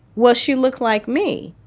well she looked like me.